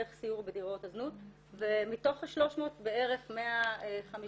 דרך סיור בדירות הזנות ומתוך ה-300 בערך 150,